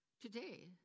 Today